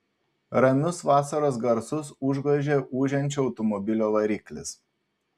ramius vasaros garsus užgožė ūžiančio automobilio variklis